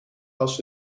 als